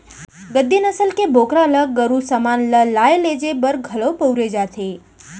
गद्दी नसल के बोकरा ल गरू समान ल लाय लेजे बर घलौ बउरे जाथे